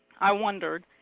i wondered,